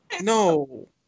No